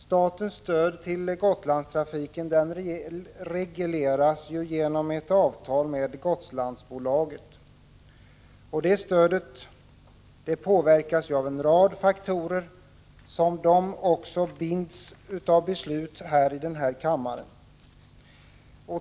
Statens stöd till Gotlandstrafiken regleras genom ett avtal med Gotlandsbolaget. Det stödet påverkas av en rad faktorer som också binds av beslut här i kammaren.